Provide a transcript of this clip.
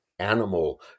Animal